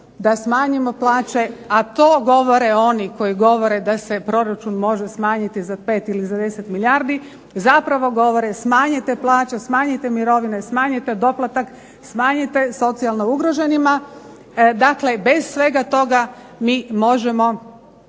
da smanjimo plaće, a to govore oni koji govore da se proračun može smanjiti za 5 ili za 10 milijardi zapravo govore smanjite plaće, smanjite mirovine, smanjite doplatak, smanjite socijalno ugroženima. Dakle, bez svega toga mi možemo